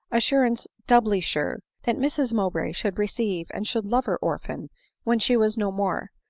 assurance doubly sure, that mrs mowbray should receive and should love her orphan when she was no more,